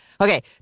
Okay